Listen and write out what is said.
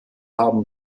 haben